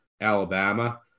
alabama